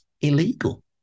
illegal